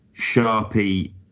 Sharpie